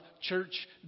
church